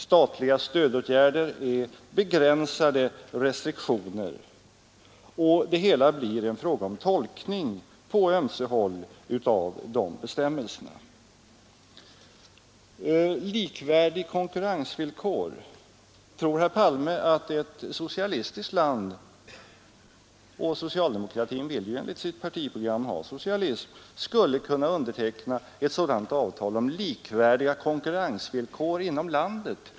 Statliga stödåtgärder är begränsade av restriktioner, och det hela blir en fråga om tolkning på ömse håll av de bestämmelserna. Herr Palme talade om likvärdiga konkurrensvillkor, men tror herr Palme att ett socialistiskt land — socialdemokratin vill ju enligt sitt partiprogram ha socialism skulle kunna underteckna ett sådant avtal med EEC om likvärdiga konkurrensvillkor inom landet?